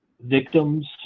victims